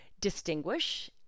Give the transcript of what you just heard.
distinguish